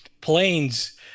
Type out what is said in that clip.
planes